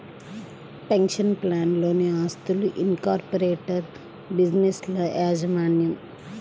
pension ప్లాన్లలోని ఆస్తులు, incorporated బిజినెస్ల యాజమాన్యం